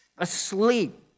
asleep